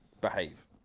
behave